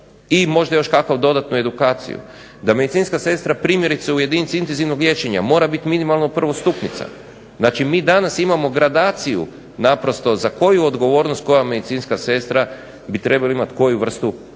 i možda još kakvu dodatnu edukaciju, da medicinska sestra primjerice u jedinici intenzivnog liječenja mora biti minimalno prvostupnica. Znači mi danas imamo gradaciju naprosto za koju odgovornost koja medicinska sestra bi trebala imati koju vrstu edukacije.